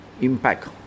impact